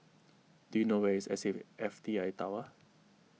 do you know where is S A fee F T I Tower